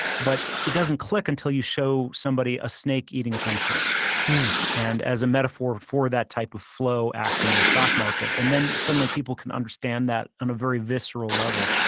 but it doesn't click until you show somebody a snake eating its own tail and as a metaphor for that type of flow action in the stock market and then suddenly people can understand that on a very visceral level.